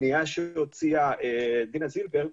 והפנייה שהוציאה דינה זילבר.